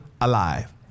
alive